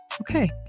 Okay